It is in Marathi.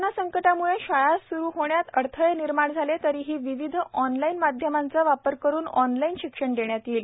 कोरोना संकटकाळाम्ळे शाळा सुरू होण्यात अडथळे निर्माण झाले तरीही विविध ऑनलाईन माध्यमांचा वापर करून ऑनलाईन शिक्षण देण्यात येईल